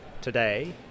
today